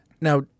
Now